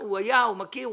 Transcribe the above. הוא היה, הוא מכיר.